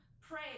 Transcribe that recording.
pray